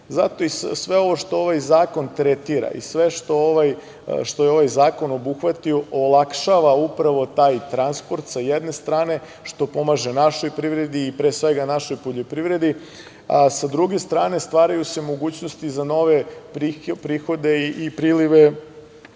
reka. Zato i sve ovo što ovaj zakon tretira i sve što je ovaj zakon obuhvatio olakšava upravo taj transport sa jedne strane, što pomaže našoj privredi i pre svega našoj poljoprivredi, a sa druge strane, stvaraju se mogućnosti za nove prihode i prilive